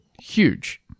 huge